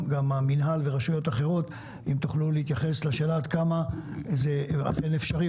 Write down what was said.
גם המינהל ורשויות אחרות יוכלו להתייחס לשאלה: עד כמה זה אכן אפשרי?